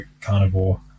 carnivore